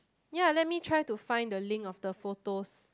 ya let me try to find the link of the photos